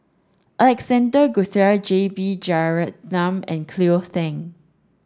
Alexander Guthrie J B Jeyaretnam and Cleo Thang